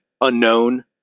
unknown